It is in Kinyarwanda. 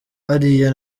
hariya